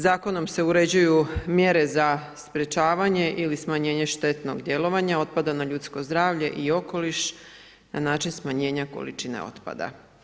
Zakonom se uređuju mjere za sprječavanje ili smanjenje štetnog djelovanja otpada na ljudsko zdravlje i okoliš na način smanjenja količine otpada.